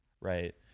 right